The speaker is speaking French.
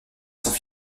sont